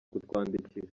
kutwandikira